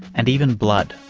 and even blood.